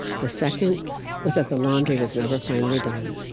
the second was that the laundry was never finally done.